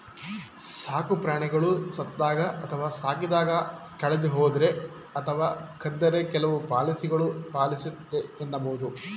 ಸಾಕುಪ್ರಾಣಿಗಳು ಸತ್ತಾಗ ಅಥವಾ ಸಾಕಿದಾಗ ಕಳೆದುಹೋದ್ರೆ ಅಥವಾ ಕದ್ದರೆ ಕೆಲವು ಪಾಲಿಸಿಗಳು ಪಾಲಿಸುತ್ತೆ ಎನ್ನಬಹುದು